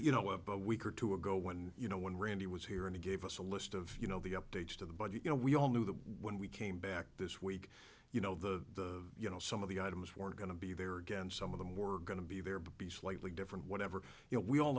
you know about a week or two ago when you know when randy was here and he gave us a list of you know the updates to the budget you know we all knew that when we came back this week you know the you know some of the items were going to be there again some of them were going to be there be slightly different whatever you know we all